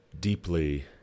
deeply